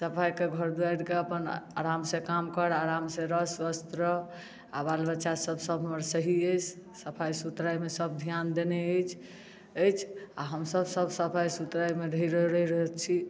सफाइके घर दुआरिके अपन आरामसँ काम कर आरामसँ रह स्वस्थ रह आओर बाल बच्चासब सब हमर सही अछि सफाइ सुथरामे सब ध्यान देने अछि अछि आओर हमसब सब सफाइ सुथरामे रही रहल छी